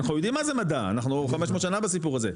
אנחנו יודעים מה זה מדע אנחנו 500 שנה בסיפור הזה,